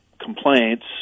complaints